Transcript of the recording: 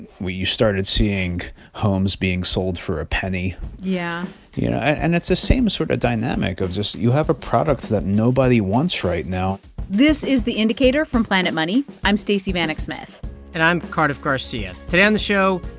where you started seeing homes being sold for a penny yeah yeah and that's the same sort of dynamic of just you have a product that nobody wants right now this is the indicator from planet money. i'm stacey vanek smith and i'm cardiff garcia. today on the show,